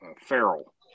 Feral